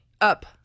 up